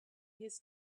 his